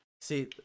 see